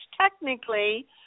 technically